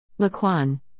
Laquan